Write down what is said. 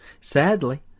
Sadly